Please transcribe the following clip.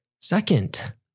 Second